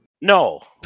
No